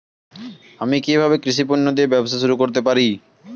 আমি কিভাবে কৃষি পণ্য দিয়ে ব্যবসা শুরু করতে পারি?